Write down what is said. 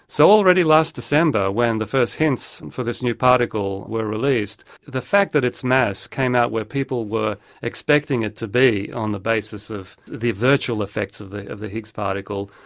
so already last december when the first hints for this new particle were released, the fact that its mass came out where people were expecting it to be on the basis of the virtual effects of the of the higgs particle,